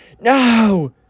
no